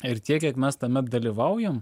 ir tiek kiek mes tame dalyvaujam